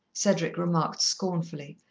cedric remarked scornfully,